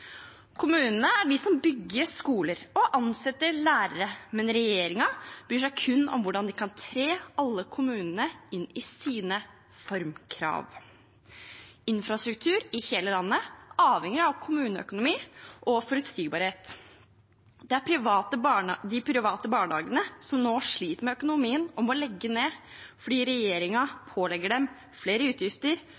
Kommunene er de som bygger skoler og ansetter lærere, men regjeringen bryr seg kun om hvordan de kan tre alle kommunene inn i sine formkrav. Infrastruktur i hele landet avhenger av kommuneøkonomi og forutsigbarhet. Det er de private barnehagene som nå sliter med økonomien og må legge ned fordi